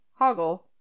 Hoggle